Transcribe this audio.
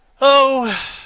Oh